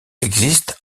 existe